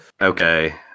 Okay